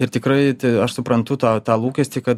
ir tikrai t aš suprantu tą tą lūkestį kad